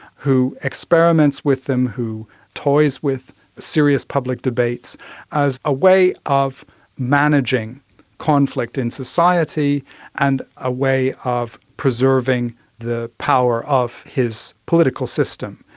who experiments with them, who toys with serious public debates as a way of managing conflict in society and a way of preserving the power of his political system.